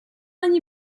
ani